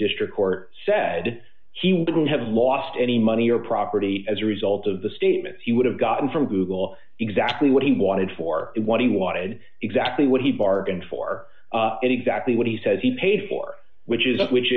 district court said he wouldn't have lost any money or property as a result of the statement he would have gotten from google exactly what he wanted for it what he wanted exactly what he bargained for exactly what he says he paid for which is which